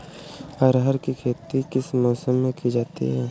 अरहर की खेती किस मौसम में की जाती है?